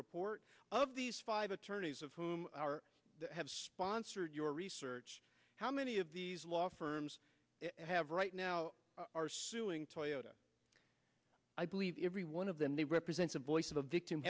report of these five attorneys of whom have sponsored your research how many of these law firms have right now are suing toyota i believe every one of them they represent a voice of